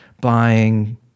buying